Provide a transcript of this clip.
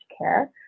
care